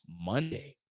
Monday